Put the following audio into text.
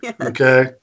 Okay